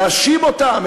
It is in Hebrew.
להאשים אותם,